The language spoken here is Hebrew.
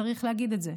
צריך להגיד את זה,